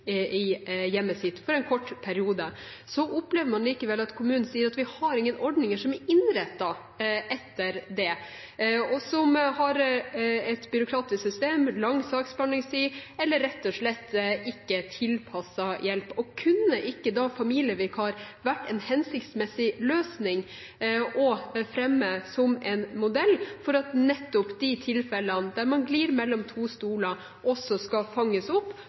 i hjemmet for en kort periode. Så opplever man likevel at kommunene sier at de ikke har ordninger som er rettet inn mot det. De har et byråkratisk system, lang saksbehandlingstid eller rett og slett ikke tilpasset hjelp. Kunne ikke da familievikar vært en hensiktsmessig løsning å fremme som modell for at nettopp de tilfellene der man glir mellom to stoler, også skal fanges opp